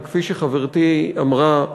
וכפי שחברתי אמרה,